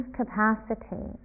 capacity